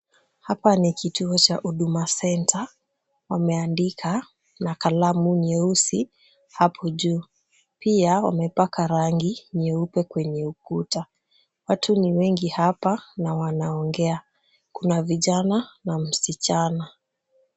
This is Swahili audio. Hapa ni kituo cha Huduma Center. Wameandika na kalamu nyeusi hapo juu. Pia wamepaka rangi nyeupe kwenye ukuta. Watu ni wengi hapa na wanaongea. Kuna vijana na msichana.